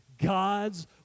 God's